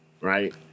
right